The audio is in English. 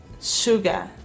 sugar